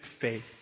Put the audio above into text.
faith